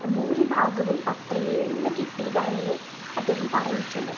ഭൂരിഭാഗവും പത്രങ്ങളിൽ നിന്ന് കിട്ടിയതാണെന്ന് അദ്ദേഹം പറഞ്ഞിട്ടുണ്ട്